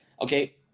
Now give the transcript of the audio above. okay